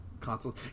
console